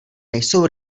nejsou